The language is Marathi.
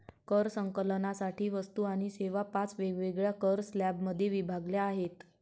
कर संकलनासाठी वस्तू आणि सेवा पाच वेगवेगळ्या कर स्लॅबमध्ये विभागल्या आहेत